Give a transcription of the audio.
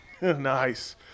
Nice